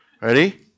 Ready